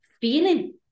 feeling